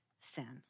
sin